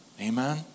Amen